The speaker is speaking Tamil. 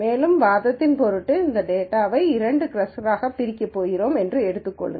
மேலும் வாதத்தின் பொருட்டு இந்தத் டேட்டாவை இரண்டு கிளஸ்டர்களாகப் பிரிக்கப் போகிறோம் என்று எடுத்துக்கொள்வோம்